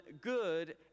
good